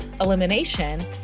elimination